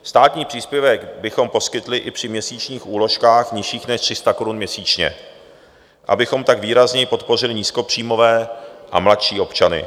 Státní příspěvek bychom poskytli i při měsíčních úložkách nižších než 300 korun měsíčně, abychom tak výrazněji podpořili nízkopříjmové a mladší občany.